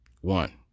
One